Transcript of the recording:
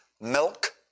milk